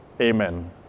Amen